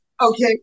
Okay